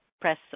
press